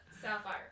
Sapphire